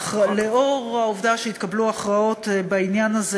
לאור העובדה שהתקבלו הכרעות בעניין הזה